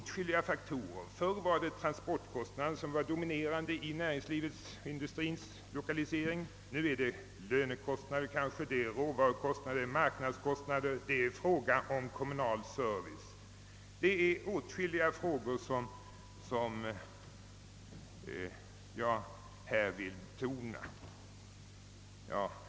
Tidigare var transportkostnaden dominerande vid industrilokalisering — nu dominerar lönekostnader, råvarukostnader, marknadsföring och kommunal service. Det är åtskilliga ting som jag härvidlag skulle vilja betona.